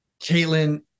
Caitlin